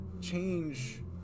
change